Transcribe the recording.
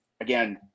again